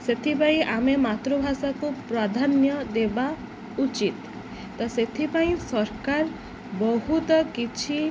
ସେଥିପାଇଁ ଆମେ ମାତୃଭାଷାକୁ ପ୍ରାଧାନ୍ୟ ଦେବା ଉଚିତ ତ ସେଥିପାଇଁ ସରକାର ବହୁତ କିଛି